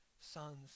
Son's